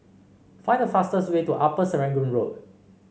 find the fastest way to Upper Serangoon Road